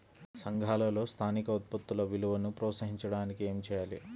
సంఘాలలో స్థానిక ఉత్పత్తుల విలువను ప్రోత్సహించడానికి ఏమి చేయాలి?